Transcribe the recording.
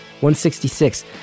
166